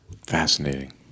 Fascinating